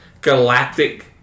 galactic